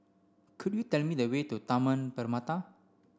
could you tell me the way to Taman Permata